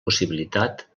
possibilitat